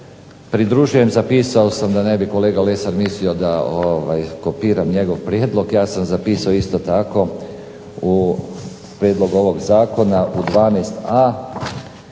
pridružujem, zapisao sam da ne bi kolega Lesar mislio da kopiram njegov prijedlog, ja sam zapisao isto tako u prijedlogu ovog zakona u 12a